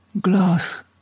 Glass